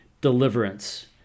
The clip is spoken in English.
deliverance